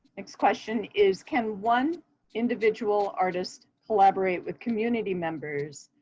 next question is, can one individual artist collaborate with community members